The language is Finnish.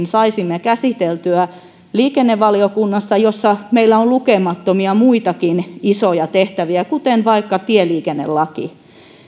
saisimme käsiteltyä liikennevaliokunnassa jossa meillä on lukemattomia muitakin isoja tehtäviä kuten vaikka tieliikennelaki